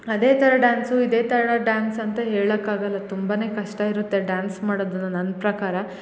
ಅದೇ ಥರ ಡಾನ್ಸು ಇದೇ ಥರ ಡಾನ್ಸ್ ಅಂತ ಹೇಳಕ್ಕೆ ಆಗಲ್ಲ ತುಂಬ ಕಷ್ಟ ಇರುತ್ತೆ ಡಾನ್ಸ್ ಮಾಡೋದನ್ನ ನನ್ನ ಪ್ರಕಾರ